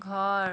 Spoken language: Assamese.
ঘৰ